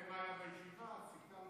בהתאם